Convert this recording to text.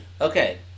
Okay